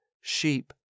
sheep